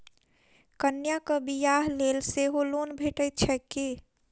कन्याक बियाह लेल सेहो लोन भेटैत छैक की?